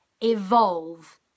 evolve